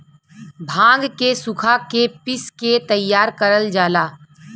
भांग के सुखा के पिस के तैयार करल जाला